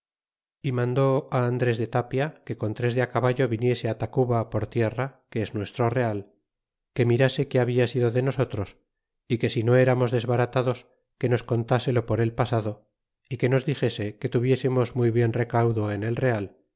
y mandó andrés de tapia que con tres de caballo viniese tacuba per tierra que es nuestro real que mirase que habia sido de nosotros y que si no eramos des baratados que nos contase lo por el pasado y que nos dixese que tuviésemos muy buen re caudo en el real